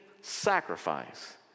sacrifice